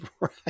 Right